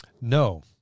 No